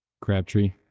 Crabtree